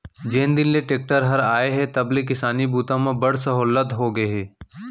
जेन दिन ले टेक्टर हर आए हे तब ले किसानी बूता म बड़ सहोल्लत होगे हे